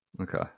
Okay